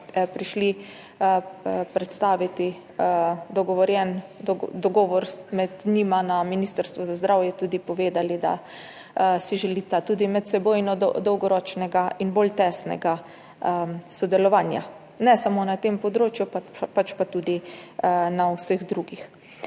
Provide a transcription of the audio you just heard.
prišla predstavit dogovorjen dogovor med njima na Ministrstvu za zdravje, tudi povedala, da si želita medsebojnega dolgoročnega in bolj tesnega sodelovanja, ne samo na tem področju, pač pa tudi na vseh drugih.